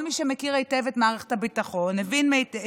כל מי שמכיר היטב את מערכת הביטחון, הבין היטב